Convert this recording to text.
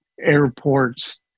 airports